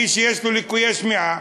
למי שיש לו ליקוי שמיעה,